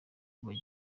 bagiye